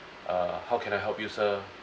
uh how can I help you sir